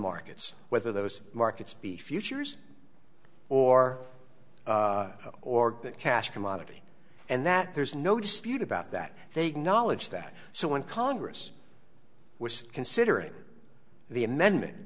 markets whether those markets be futures or or get cash commodity and that there's no dispute about that they'd knowledge that so when congress was considering the amendment